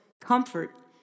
comfort